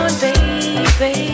baby